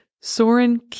Soren